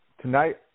tonight